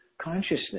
consciousness